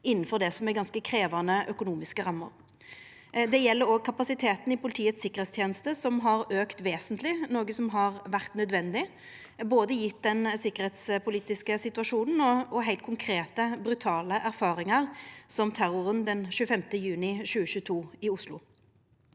innanfor det som er ganske krevjande økonomiske rammer. Det gjeld òg kapasiteten i Politiets tryggingsteneste, som har auka vesentleg, noko som har vore nødvendig gjeve både den sikkerheitspolitiske situasjonen og heilt konkrete, brutale erfaringar, som terroren den 25. juni 2022 i Oslo.